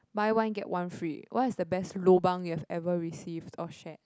buy one get one free what's the best lobang you've ever received or shared